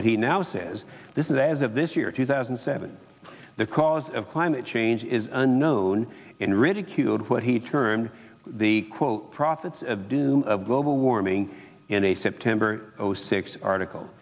but he now says this is as of this year two thousand and seven the cause of climate change is unknown and ridiculed what he termed the quote prophets of doom of global warming in a september oh six article